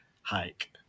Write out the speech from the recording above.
hike